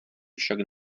však